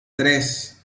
tres